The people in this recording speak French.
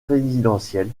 présidentielle